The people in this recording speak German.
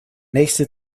nächste